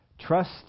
Trust